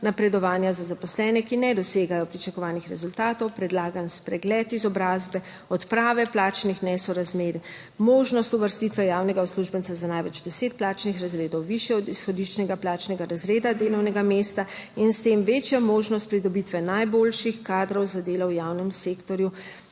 napredovanja za zaposlene, ki ne dosegajo pričakovanih rezultatov, predlagan spregled izobrazbe, odprave plačnih nesorazmerij, možnost uvrstitve javnega uslužbenca za največ deset plačnih razredov višja od izhodiščnega plačnega razreda delovnega mesta in s tem večjo možnost pridobitve 3. TRAK: (NB) – 10.10 (Nadaljevanje)